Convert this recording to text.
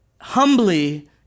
humbly